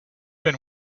been